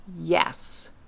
yes